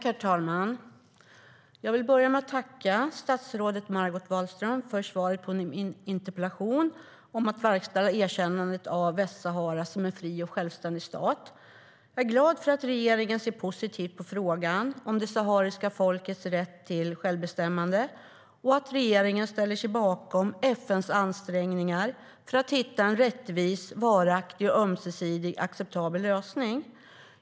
Herr talman! Jag vill börja med att tacka statsrådet Margot Wallström för svaret på min interpellation om att verkställa erkännandet av Västsahara som en fri och självständig stat. Jag är glad för att regeringen ser positivt på frågan om det sahariska folkets rätt till självbestämmande och att regeringen ställer sig bakom FN:s ansträngningar för att hitta en rättvis, varaktig och ömsesidigt acceptabel lösning.